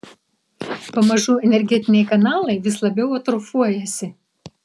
pamažu energetiniai kanalai vis labiau atrofuojasi